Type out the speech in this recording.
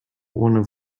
ohne